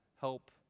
help